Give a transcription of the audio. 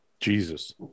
Jesus